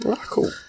Cool